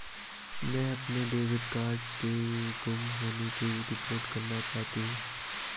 मैं अपने debit card के गुम होने की रिपोर्ट करना चाहती हूँ